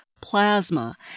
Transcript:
plasma